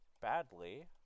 badly